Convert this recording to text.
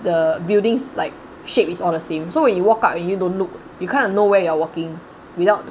the building's like shape is all the same so when you walk up you don't look you kind of know where you are walking without